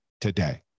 today